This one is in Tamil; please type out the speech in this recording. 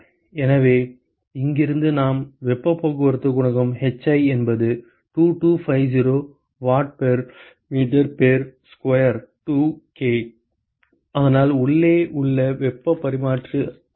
எனவே இங்கிருந்து நாம் வெப்பப் போக்குவரத்து குணகம் hi என்பது 2250 watt per meter square 2 K அதனால் உள்ளே உள்ள வெப்ப பரிமாற்ற குணகம்